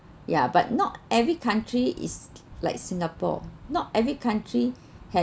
ya but not every country is like singapore not every country has